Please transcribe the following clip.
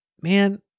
man